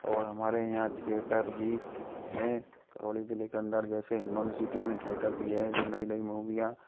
और हमारे यहाँ थिएटर भी हैं करौली जिले के अंदर जैसे हिंडौन सिटी में थिएटर भी है जो नई नई मूवियाँ